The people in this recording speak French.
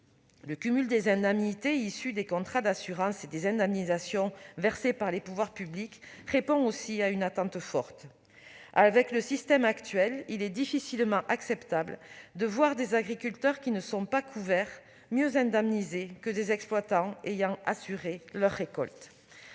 le cumul des indemnités issues des contrats d'assurance et des indemnisations versées par les pouvoirs publics répond aussi à une attente forte. Avec le système actuel, il est difficilement acceptable de constater que les agriculteurs non couverts sont mieux indemnisés que des exploitants ayant assuré leur récolte